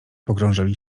pogrążyli